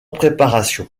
préparation